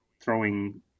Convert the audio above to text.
throwing